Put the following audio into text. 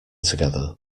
together